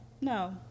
No